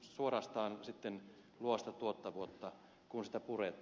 suorastaan sitten luo sitä tuottavuutta kun sitä puretaan